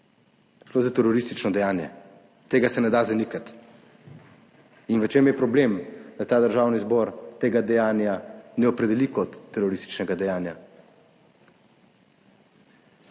Šlo je za teroristično dejanje. Tega se ne da zanikati. In v čem je problem, da ta Državni zbor tega dejanja ne opredeli kot terorističnega dejanja?